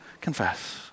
confess